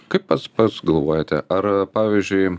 kaip pats pats galvojate ar pavyzdžiui